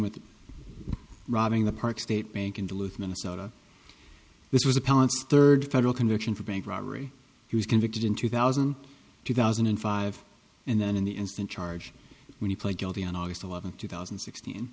with robbing the park state bank in duluth minnesota this was appellants third federal conviction for bank robbery he was convicted in two thousand two thousand and five and then in the instant charge when he pled guilty on august eleventh two thousand and sixteen